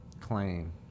claim